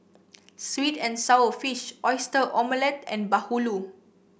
sweet and sour fish Oyster Omelette and Bahulu